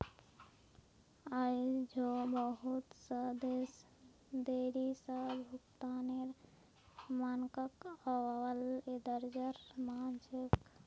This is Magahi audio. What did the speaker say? आई झो बहुत स देश देरी स भुगतानेर मानकक अव्वल दर्जार मान छेक